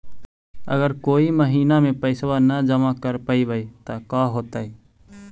अगर कोई महिना मे पैसबा न जमा कर पईबै त का होतै?